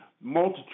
multitude